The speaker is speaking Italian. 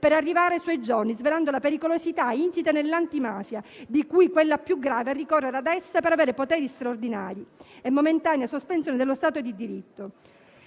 Arrivò poi ai suoi giorni, svelando la pericolosità insita nell'antimafia, di cui quella più grave è ricorrere a essa per avere poteri straordinari e momentanea sospensione dello Stato di diritto.